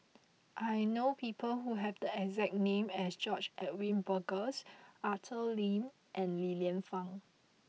I know people who have the exact name as George Edwin Bogaars Arthur Lim and Li Lienfung